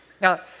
Now